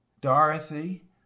Dorothy